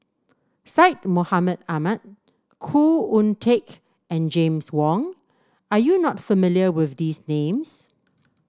Syed Mohamed Ahmed Khoo Oon Teik and James Wong are you not familiar with these names